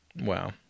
Wow